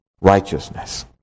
righteousness